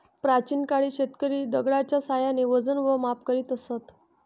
प्राचीन काळी शेतकरी दगडाच्या साहाय्याने वजन व माप करीत असत